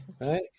Right